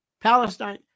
Palestine